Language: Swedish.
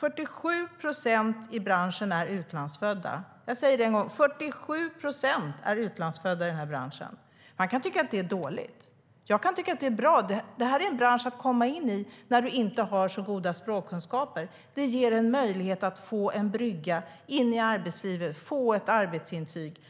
47 procent i branschen är utlandsfödda. Man kan tycka att det är dåligt. Jag kan tycka att det är bra. Det är en bransch att komma in i när du inte har så goda språkkunskaper. Det ger en brygga in i arbetslivet, att få ett arbetsintyg,